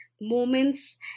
moments